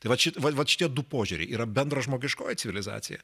tai vat šit vat vat šitie du požiūriai yra bendražmogiškoji civilizacija